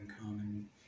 common